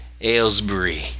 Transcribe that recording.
Aylesbury